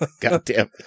Goddamn